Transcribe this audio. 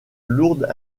lourde